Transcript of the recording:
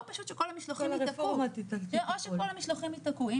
או פשוט שכל המשלוחים ייתקעו.